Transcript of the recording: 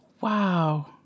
Wow